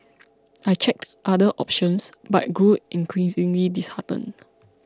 I checked other options but grew increasingly disheartened